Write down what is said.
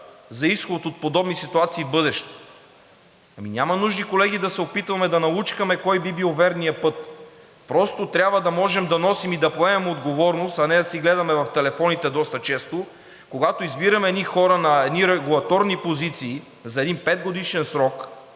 за изход от подобни ситуации в бъдеще. Няма нужда, колеги, да се опитваме да налучкаме кой би бил верният път. Просто трябва да можем да носим и да поемем отговорност, а не да си гледаме в телефоните доста често, когато избираме едни хора на едни регулаторни позиции за един петгодишен срок,